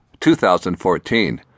2014